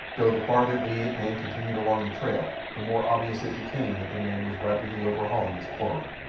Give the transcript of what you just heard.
though the farther the ape-man continued along the trail the more obvious it became that the man was rapidly overhauling his quarry.